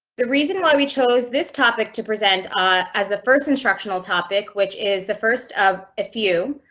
the reason why we chose this topic to present ah as the first instructional topic, which is the first of a few,